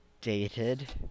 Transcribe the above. dated